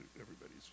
everybody's